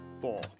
four